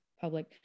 public